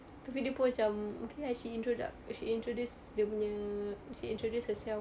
tapi dia pun macam okay ah she introduc~ she introduced dia punya she introduced herself